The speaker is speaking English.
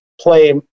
play